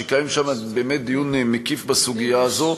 ויתקיים שם באמת דיון מקיף בסוגיה הזאת.